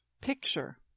picture